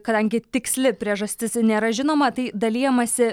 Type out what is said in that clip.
kadangi tiksli priežastis nėra žinoma tai dalijamasi